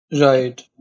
Right